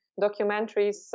documentaries